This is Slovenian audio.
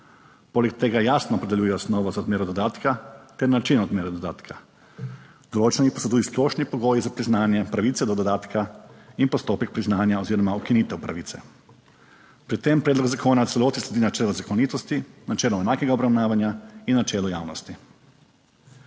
Poleg tega jasno opredeljuje osnovo za odmero dodatka ter način odmere dodatka, določeni pa so tudi splošni pogoji za priznanje pravice do dodatka in postopek priznanja oziroma ukinitev pravice. Pri tem predlog zakona v celoti sledi načelu zakonitosti, načelo enakega obravnavanja in načelu javnosti.